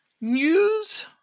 News